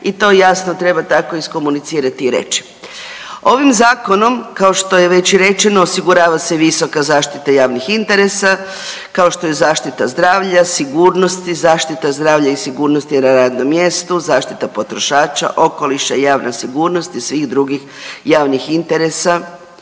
i to jasno treba tako iskomunicirati i reći. Ovim zakonom kao što je već rečeno osigurava se visoka zaštita javnih interesa, kao što je zaštita zdravlja, sigurnosti, zaštita zdravlja i sigurnosti na radnom mjestu, zaštita potrošača, okoliša i javna sigurnost i svih drugih javnih interesa